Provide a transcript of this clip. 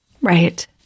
Right